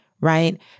right